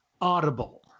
audible